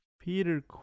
Peter